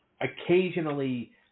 occasionally